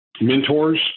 mentors